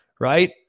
right